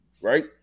Right